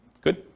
Good